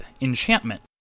enchantment